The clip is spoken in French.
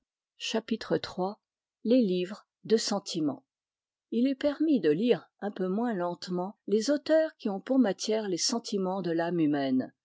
valent qu'on les possède il est permis de lire un peu moins lentement les auteurs qui ont pour matière les sentiments de l'âme humaine